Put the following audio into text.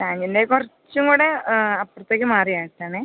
സ്റ്റാൻ്റിൻ്റെ കുറച്ചും കൂടെ അപ്പുറത്തേക്ക് മാറിയിട്ട് ആണെ